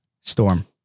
Storm